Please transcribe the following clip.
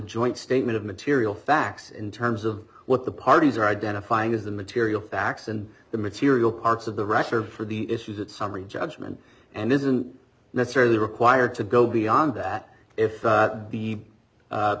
joint statement of material facts in terms of what the parties are identifying is the material facts and the material parts of the record for the issues that summary judgment and isn't necessarily required to go beyond that if the